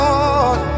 Lord